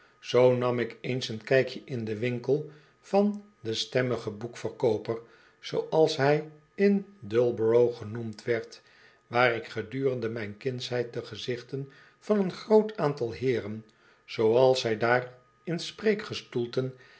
zoo nam ik eens een kijkje in den winkel van den stemmigen boekverkooper zooals hij in dullborough genoemd werd waar ik gedurende mijn kindsheid de gezichten van een groot aantal heeren zooals zij daar in spreekgestoelten